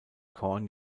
korn